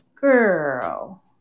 Girl